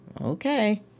Okay